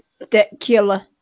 ridiculous